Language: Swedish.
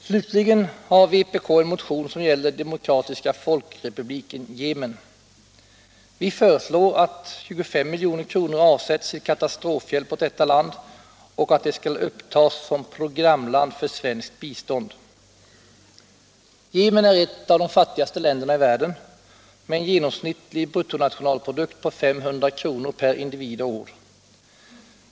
Slutligen har vpk en motion som gäller Demokratiska folkrepubliken Jemen. Vi föreslår att 25 milj.kr. avsätts till katastrofhjälp åt detta land och att det skall upptas som programland för svenskt bistånd. Jemen är ett av de fattigaste länderna i världen med en genomsnittlig bruttonationalprodukt på 500 kr. per individ och år.